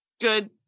good